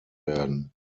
werden